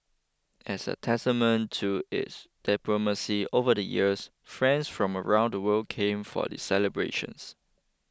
as a testament to its diplomacy over the years friends from around the world came for the celebrations